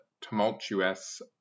tumultuous